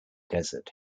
desert